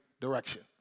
direction